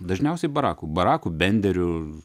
dažniausiai baraku baraku benderiu